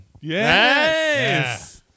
Yes